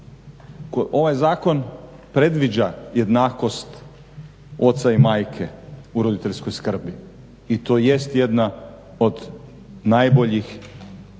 Ovaj zakon predviđa jednakost oca i majke u roditeljskoj skrbi i to jest jedna od najboljih